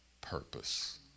purpose